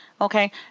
Okay